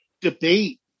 debate